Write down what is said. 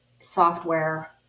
software